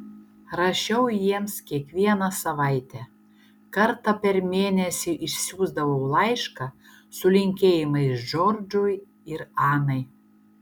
rašiau jiems kiekvieną savaitę kartą per mėnesį išsiųsdavau laišką su linkėjimais džordžui ir anai